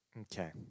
Okay